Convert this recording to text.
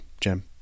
Jim